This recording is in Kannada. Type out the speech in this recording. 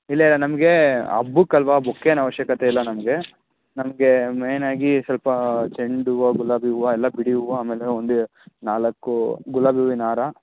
ಇಲ್ಲ ಇಲ್ಲ ನಮಗೆ ಹಬ್ಬಕ್ಕೆ ಅಲ್ವ ಬೊಕ್ಕೆ ಏನು ಅವಶ್ಯಕತೆ ಇಲ್ಲ ನಮಗೆ ನಮಗೆ ಮೈನ್ ಆಗಿ ಸ್ವಲ್ಪ ಚೆಂಡು ಹೂವು ಗುಲಾಬಿ ಹೂವು ಎಲ್ಲ ಬಿಡಿ ಹೂವು ಆಮೇಲೆ ಒಂದು ನಾಲ್ಕು ಗುಲಾಬಿ ಹೂವಿನ ಹಾರ